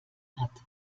hat